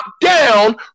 down